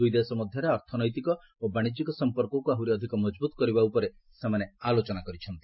ଦୁଇ ଦେଶ ମଧ୍ୟରେ ଅର୍ଥନୈତିକ ଓ ବାଣିଜ୍ୟିକ ସମ୍ପର୍କକୁ ଆହୁରି ଅଧିକ ମଜବୁତ କରିବା ଉପରେ ସେମାନେ ଆଲୋଚନା କରିଛନ୍ତି